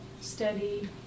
steady